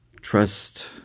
trust